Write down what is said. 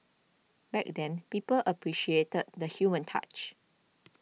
back then people appreciated the human touch